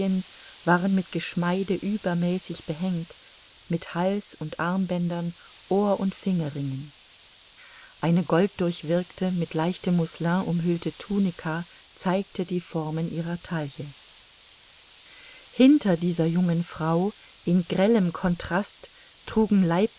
waren mit geschmeide übermäßig behängt mit hals und armbändern ohr und fingerringen eine golddurchwirkte mit leichtem mousselin umhüllte tunica zeigte die formen ihrer taille hinter dieser jungen frau in grellem contrast trugen